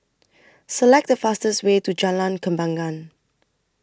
Select The fastest Way to Jalan Kembangan